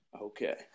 Okay